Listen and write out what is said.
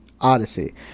Odyssey